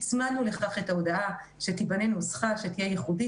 הצמדנו לכך את ההודעה שתיבנה נוסח שתהיה ייחודית